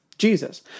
Jesus